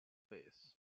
phase